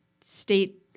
state